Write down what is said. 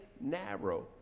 narrow